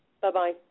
Bye-bye